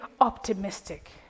optimistic